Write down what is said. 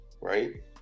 right